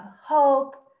hope